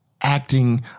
acting